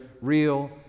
real